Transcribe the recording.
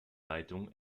leitung